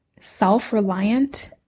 self-reliant